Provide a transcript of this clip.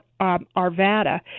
Arvada